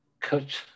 Coach